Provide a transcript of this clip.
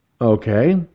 Okay